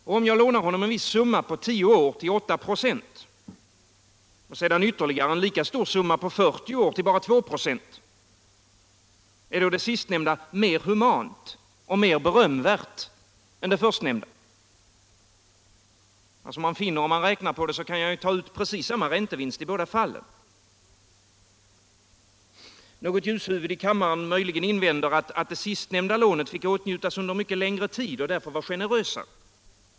Och om jag lånar honom en viss summa på tio år till 8 26 och sedan ytterligare en lika stor summa på 40 år till bara 2 26 — är då det sistnämnda mer humant och mer berömvärt än det förstnämnda? Som man finner om man räknar på det, kan jag ju ta ut precis samma räntevinst i båda fallen. Något ljushuvud i kammaren invänder möjligen att det sistnämnda lånet fick åtnjutas under mycket längre tid och därför var generösare.